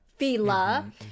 FILA